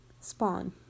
Spawn